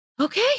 okay